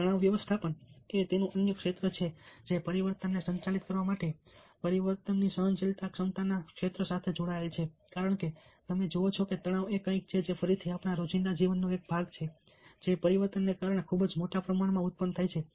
તણાવ વ્યવસ્થાપન એ અન્ય ક્ષેત્ર છે જે પરિવર્તનને સંચાલિત કરવા માટે પરિવર્તન સહનશીલતા ક્ષમતા ના ક્ષેત્ર સાથે જોડાયેલું છે કારણ કે તમે જુઓ છો કે તણાવ એ કંઈક છે જે ફરીથી આપણા રોજિંદા જીવનનો એક ભાગ છે જે પરિવર્તનને કારણે ખૂબ જ મોટા પ્રમાણમાં ઉત્પન્ન થાય છે